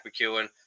McEwen